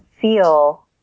feel